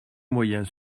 moyens